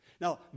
Now